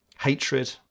Hatred